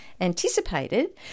anticipated